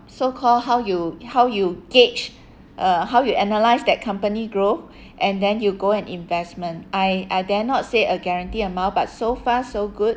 so-called how you how you gauge uh how you analyse that company growth and then you go and investment I I dare not say a guarantee amount but so far so good